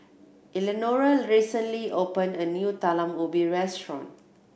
Eleanora recently open a new Talam Ubi restaurant